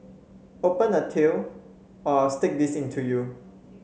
open the till or I'll stick this into you